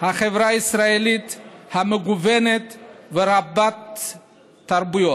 החברה הישראלית המגוונת ורבת-התרבויות.